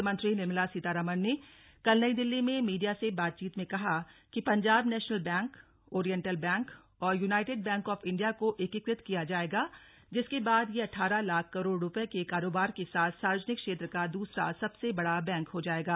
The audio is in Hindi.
वित्त मंत्री निर्मला सीतारामन ने कल नई दिल्ली में मीडिया से बातचीत में कहा कि Punjab national bank oriental bank और यूनाइटेड बैंक ऑफ इंडिया को एकीकृत किया जाएगा जिससे बाद यह अठारह लाख करोड़ रुपये के कारोबार के साथ सार्वजनिक क्षेत्र का दूसरा सबसे बड़ा बैंक हो जाएगा